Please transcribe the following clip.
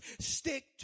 Stick